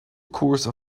course